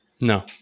No